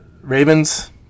Ravens